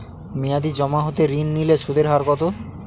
মেয়াদী জমা হতে ঋণ নিলে সুদের হার কত?